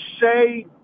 say